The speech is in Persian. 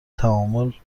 تعامل